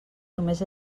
només